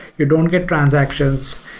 you don't get transactions,